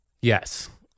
Yes